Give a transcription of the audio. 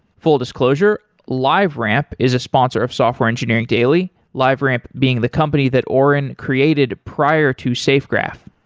full disclosure liveramp is a sponsor of software engineering daily. liveramp being the company that auren created prior to safegraph.